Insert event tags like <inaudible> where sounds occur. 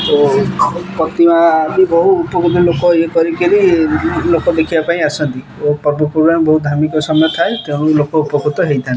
ତ <unintelligible> ବହୁ ଉପକୃତ ଲୋକ ଇଏ କରିକିରି ଲୋକ ଦେଖିବା ପାଇଁ ଆସନ୍ତି ଓ ପର୍ବପୂର୍ବାଣି ବହୁତ ଧାର୍ମିକ ସମୟ ଥାଏ ତେଣୁ ଲୋକ ଉପକୃତ ହେଇଥାନ୍ତି